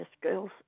girls